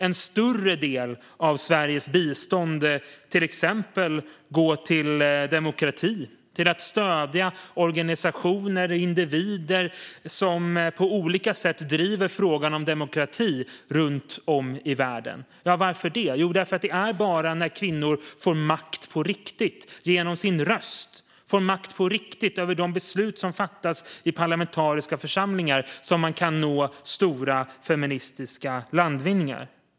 En större del av Sveriges bistånd borde i stället gå till exempelvis demokratiarbete, till att stödja organisationer och individer som på olika sätt driver frågan om demokrati runt om i världen. Varför det? Jo, det är bara när kvinnor får makt på riktigt, genom sin röst och över de beslut som fattas i parlamentariska församlingar, som man kan nå stora feministiska landvinningar.